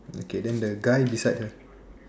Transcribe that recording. okay then the guy beside her